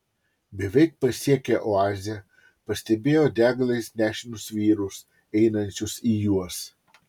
beveik pasiekę oazę pastebėjo deglais nešinus vyrus einančius į juos